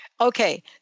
Okay